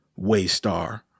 Waystar